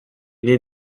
née